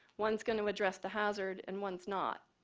one is going to address the hazard and one is not.